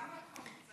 למה את קטנונית?